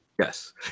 Yes